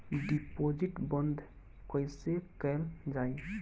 Deposit बंद कैसे कैल जाइ?